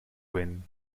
when